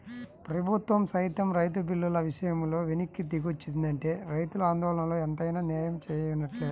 ప్రభుత్వం సైతం రైతు బిల్లుల విషయంలో వెనక్కి దిగొచ్చిందంటే రైతుల ఆందోళనలో ఎంతైనా నేయం వున్నట్లే